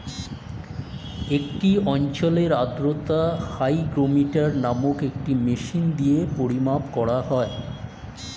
একটি অঞ্চলের আর্দ্রতা হাইগ্রোমিটার নামক একটি মেশিন দিয়ে পরিমাপ করা হয়